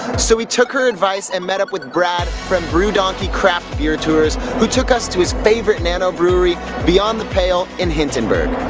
so we took her advice and met up with brad from brew donkey craft beer tours who took us to his favourite nano brewery beyond the pale in hintonburg.